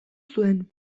zuen